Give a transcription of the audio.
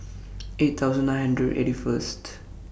eight thousand nine hundred eighty First